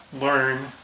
learn